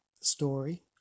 story